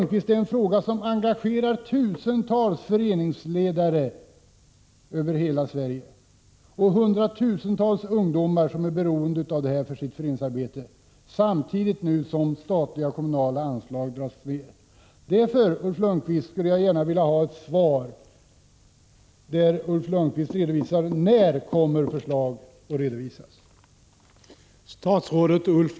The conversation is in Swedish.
Detta är en fråga som engagerar tusentals föreningsledare över hela Sverige, Ulf Lönnqvist, och hundratusentals ungdomar som är beroende av lotteriintäkterna för sitt föreningsarbete när nu statliga och kommunala anslag dras ned. Därför skulle jag gärna vilja ha ett svar, där Ulf Lönnqvist redovisar när förslag kommer att läggas fram.